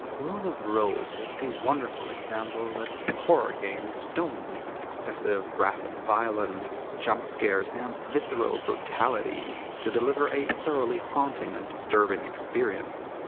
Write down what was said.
rule of rose is one a wonderful example that horror games don't need excessive graphic violence, jumpscares and visceral brutality to deliver a thoroughly haunting and disturbing experience.